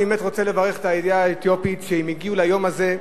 אני באמת רוצה לברך את העדה האתיופית שהגיעה ליום הזה.